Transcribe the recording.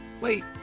Wait